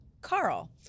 carl